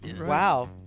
Wow